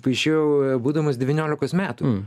paišiau būdamas devyniolikos metų